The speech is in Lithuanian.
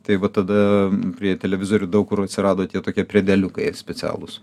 tai vat tada prie televizorių daug kur atsirado tie tokie prideliukai specialūs